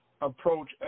approach